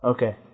Okay